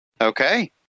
Okay